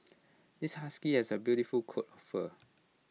this husky has A beautiful coat of fur